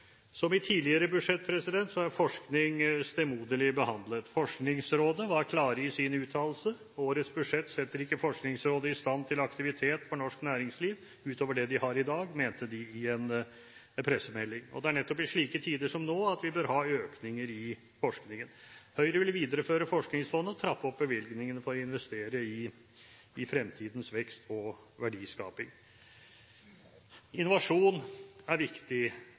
Som i tidligere budsjett er forskning stemoderlig behandlet. Forskningsrådet var klar i sin uttalelse. Årets budsjett setter ikke Forskningsrådet i stand til aktivitet for norsk næringsliv utover den de har i dag, mente de i en pressemelding. Det er nettopp i slike tider som nå, at vi bør ha økninger i forskningen. Høyre vil videreføre Forskningsfondet og trappe opp bevilgningen for å investere i fremtidens vekst og verdiskaping. Innovasjon er viktig.